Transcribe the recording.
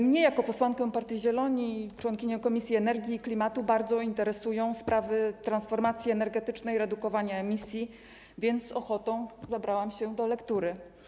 Mnie jako posłankę partii Zieloni, członkinię komisji energii i klimatu bardzo interesują sprawy transformacji energetycznej, redukowania emisji, więc z ochotą zabrałam się do lektury.